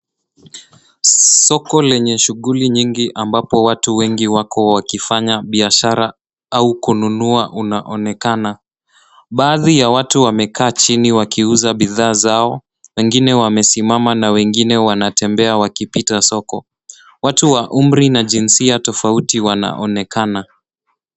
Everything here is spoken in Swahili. Soko lenye shughuli nyingi ambapo watu wengi wako wakifanya biashara au kununua unaonekana. Baadhi ya watu wamekaa chini wakiuza bidhaa zao wengine wamesimama na wengine wanatembea wakipita soko. Watu wa umri na jinsia tofauti wanaonekana.